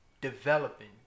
developing